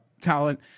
talent